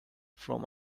from